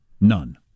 None